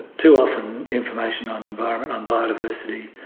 too often information on environment, on biodiversity,